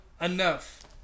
enough